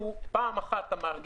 המנהל